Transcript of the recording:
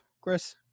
Chris